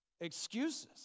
Excuses